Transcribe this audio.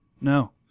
No